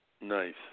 Nice